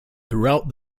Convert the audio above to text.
throughout